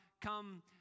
come